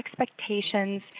expectations